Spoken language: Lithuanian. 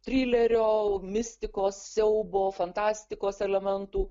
trilerio mistikos siaubo fantastikos elementų